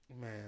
Man